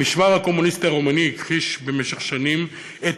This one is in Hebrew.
המשמר הקומוניסטי הרומני הכחיש במשך שנים את